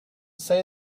say